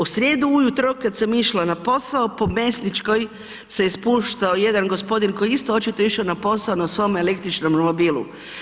U srijedu ujutro kad sam išla na posao po Mesničkoj se je spuštao jedan gospodin koji je isto očito išao na posao na svom električnom romobilu.